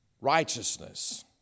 righteousness